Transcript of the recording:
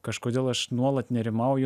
kažkodėl aš nuolat nerimauju